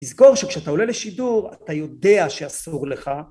תזכור שכשאתה עולה לשידור אתה יודע שאסור לך